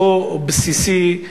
כה בסיסי,